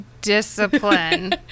discipline